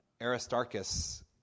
Aristarchus